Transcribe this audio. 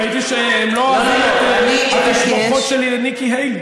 ראיתי שהם לא אוהבים את התשבחות שלי לניקי היילי.